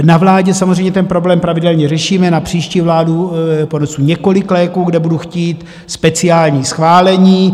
Na vládě samozřejmě ten problém pravidelně řešíme, na příští vládu ponesu několik léků, kde budu chtít speciální schválení.